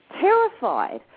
terrified